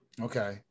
Okay